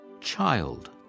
child